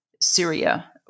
Syria